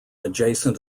adjacent